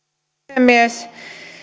puhemies